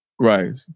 Right